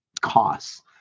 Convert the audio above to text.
costs